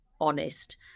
honest